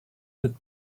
mit